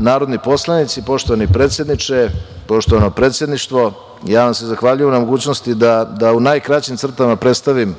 narodni poslanici, poštovani predsedniče, poštovana predsedništvo, ja vam se zahvaljujem na mogućnosti da u najkraćim crtama prestavim